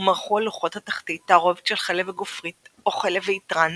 ומרחו על לוחות התחתית תערובת של חלב וגופרית או חלב ועיטרן